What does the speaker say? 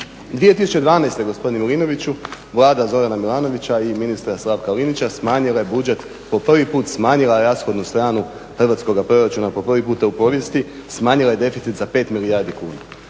2012. godine Milinoviću, Vlada Zorana Milanovića i ministra Slavka Linića smanjila je budžet, po prvi put smanjila je rashodnu stranu hrvatskoga proračuna po prvi puta u povijesti smanjila je deficit za 5 milijardi kuna.